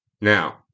Now